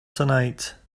tonight